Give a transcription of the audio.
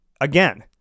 again